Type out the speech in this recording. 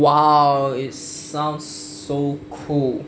!wow! it sounds so cool